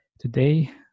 Today